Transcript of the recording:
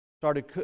started